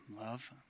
love